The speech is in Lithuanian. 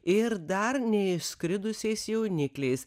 ir dar neišskridusiais jaunikliais